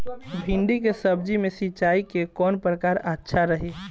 भिंडी के सब्जी मे सिचाई के कौन प्रकार अच्छा रही?